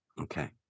Okay